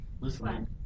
Listen